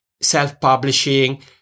self-publishing